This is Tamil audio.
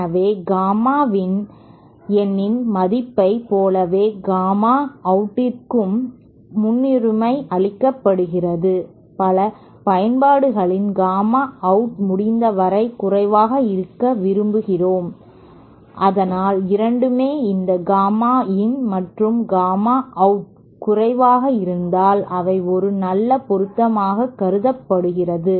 எனவே காமா இன்னின் மதிப்பை போலவே காமா அவுட்டுக்கும் முன்னுரிமை அளிக்கப்படுகிறது பல பயன்பாடுகளில் காமா அவுட் முடிந்தவரை குறைவாக இருக்க விரும்புகிறோம் அதனால் இரண்டுமே இந்த காமா இன் மற்றும் காமா அவுட் குறைவாக இருந்தால் அவை ஒரு நல்ல பொருத்தமாக கருதப்படுகிறது